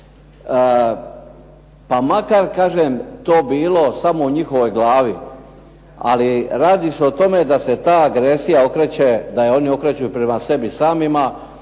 pa makar kažem to bilo samo u njihovoj glavi. Ali radi se o tome da se ta agresija okreće, da je oni okreću prema sebi samima.